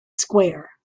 square